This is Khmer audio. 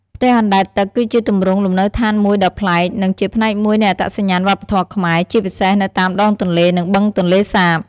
ផ្ទះអណ្ដែតទឹក គឺជាទម្រង់លំនៅឋានមួយដ៏ប្លែក និងជាផ្នែកមួយនៃអត្តសញ្ញាណវប្បធម៌ខ្មែរ ជាពិសេសនៅតាមដងទន្លេ និងបឹងទន្លេសាប។